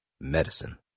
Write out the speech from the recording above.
medicine